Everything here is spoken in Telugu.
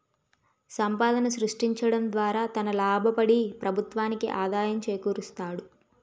సంపాదన సృష్టించడం ద్వారా తన లాభపడి ప్రభుత్వానికి ఆదాయం చేకూరుస్తాడు